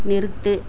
நிறுத்து